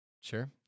Sure